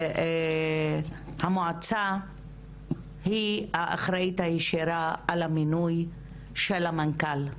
המועצה היא האחראית הישירה על המינוי של המנכ"ל.